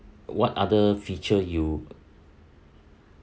what other feature you